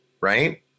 right